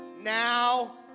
Now